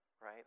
right